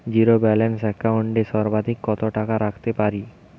Zero balance account এ সর্বাধিক কত টাকা রাখতে পারি?